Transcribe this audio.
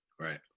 Right